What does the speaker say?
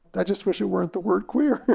i just wish it weren't the word queer!